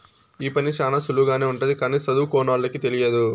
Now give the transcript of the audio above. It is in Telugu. ఈ పని శ్యానా సులువుగానే ఉంటది కానీ సదువుకోనోళ్ళకి తెలియదు